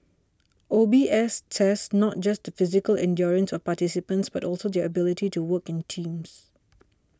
O B S tests not just physical endurance of participants but also their ability to work in teams